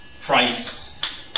price